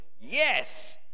yes